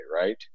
Right